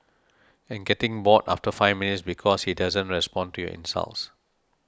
and getting bored after five minutes because he doesn't respond to your insults